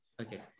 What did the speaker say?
Okay